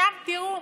עכשיו תראו,